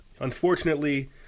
Unfortunately